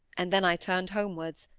and then i turned homewards,